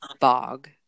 bog